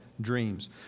dreams